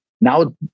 Now